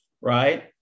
right